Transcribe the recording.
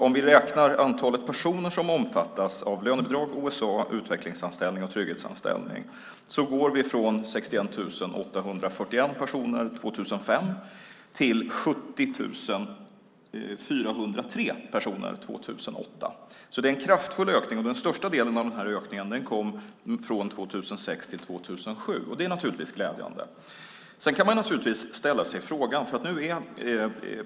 Om vi räknar det antal personer som omfattas av lönebidrag, OSA, utvecklingsanställning och trygghetsanställning går vi från 61 841 personer år 2005 till 70 403 personer år 2008. Det är alltså en kraftfull ökning, och den största delen av den kom från 2006 till 2007. Det är naturligtvis glädjande. Man kan ställa sig en fråga.